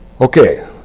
Okay